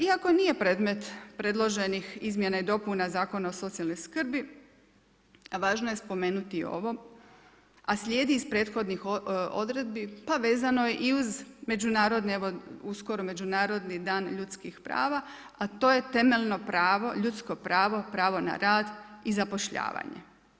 Iako nije predmet predloženih izmjena i dopuna Zakona o socijalnoj skrbi važno je spomenuti i ovo a slijedi iz prethodnih odredbi, pa vezano je i uz međunarodne, evo uskoro Međunarodni dan ljudskih prava a to je temeljno pravo, ljudsko pravo, pravo na rad i zapošljavanje.